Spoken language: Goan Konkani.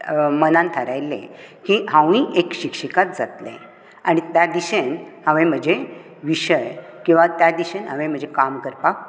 मनान थारायल्लें की हांवूंय एक शिक्षिकाच जातलें आनी त्या दिशेन हांवे म्हजे विशय किवा त्या दिशेन हांवे म्हजे काम करपाक